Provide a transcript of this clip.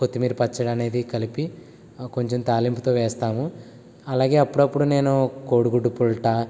కొత్తిమీర పచ్చడి అనేది కలిపి కొంచెం తాలింపుతో వేస్తాము అలాగే అప్పుడప్పుడు నేను కోడి గుడ్డు పుల్టా